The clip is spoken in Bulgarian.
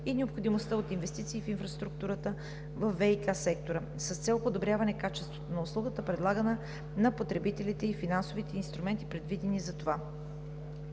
и необходимостта от инвестиции в инфраструктурата във ВиК сектора, с цел подобряване качеството на услугата, предлагана на потребителите и финансовите инструменти, предвидени за това.